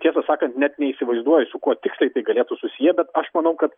tiesą sakant net neįsivaizduoju su kuo tiksliai tai galėtų susiję bet aš manau kad